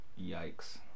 Yikes